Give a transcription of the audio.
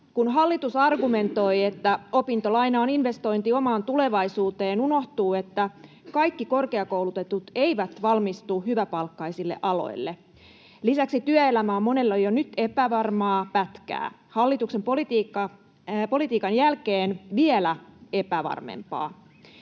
Kun hallitus argumentoi, että opintolaina on investointi omaan tulevaisuuteen, unohtuu, että kaikki korkeakoulutetut eivät valmistu hyväpalkkaisille aloille. Lisäksi työelämä on monella jo nyt epävarmaa pätkää, hallituksen politiikan jälkeen vielä epävarmempaa.